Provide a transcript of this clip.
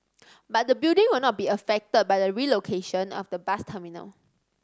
but the building will not be affected by the relocation of the bus terminal